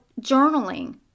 journaling